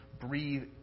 breathe